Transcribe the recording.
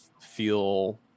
feel